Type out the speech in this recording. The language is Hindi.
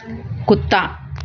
कुत्ता